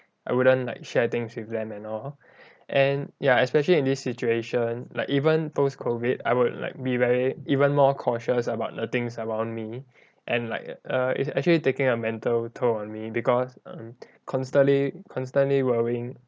I wouldn't like share things with them and all and ya especially in this situation like even post-COVID I would like be very even more cautious about the things around me and like err it's actually taking a mental toll on me because um constantly constantly worrying